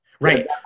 Right